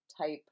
type